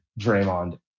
Draymond